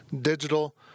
digital